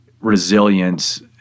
resilience